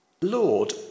Lord